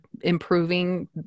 improving